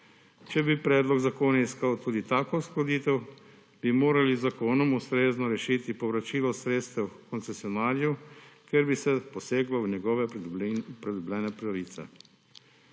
Če bi predlog zakona iskal tudi takšno uskladitev, bi morali z zakonom ustrezno rešiti povračilo sredstev koncesionarju, ker bi se poseglo v njegove pridobljene pravice.